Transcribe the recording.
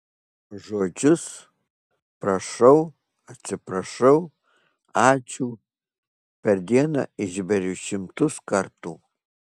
žodžius prašau atsiprašau ačiū per dieną išberi šimtus kartų